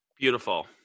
beautiful